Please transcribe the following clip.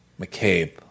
McCabe